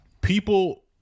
people